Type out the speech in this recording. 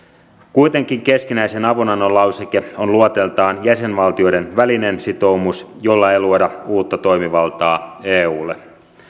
kuitenkin keskinäisen avunannon lauseke on luonteeltaan jäsenvaltioiden välinen sitoumus jolla ei luoda uutta toimivaltaa eulle